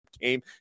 game